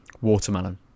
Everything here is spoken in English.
watermelon